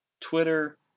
Twitter